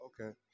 Okay